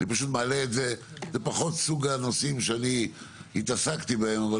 זה פחות סוג הנושאים שאני התעסקתי בהם אבל